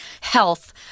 health